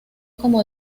como